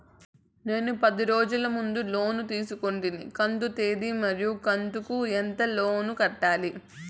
నేను పది రోజుల ముందు లోను తీసుకొంటిని కంతు తేది మరియు కంతు కు ఎంత లోను కట్టాలి?